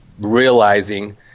realizing